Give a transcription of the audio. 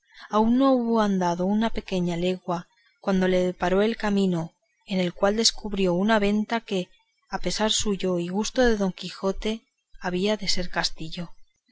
aún no hubo andado una pequeña legua cuando le deparó el camino en el cual descubrió una venta que a pesar suyo y gusto de don quijote había de ser castillo